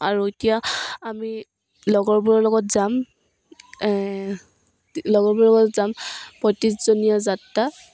আৰু এতিয়া আমি লগৰবোৰৰ লগত যাম লগৰবোৰৰ লগত যাম পয়ত্ৰিছজনীয়া যাত্ৰা